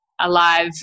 alive